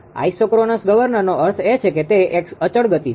isochronous ગવર્નરનો અર્થ એ છે કે તે એક અચળ ગતિ છે